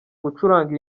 gucuranga